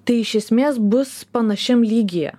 tai iš esmės bus panašiam lygyje